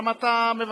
למה אתה מבקש,